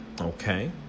okay